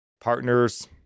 partners